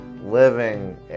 living